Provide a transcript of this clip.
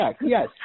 yes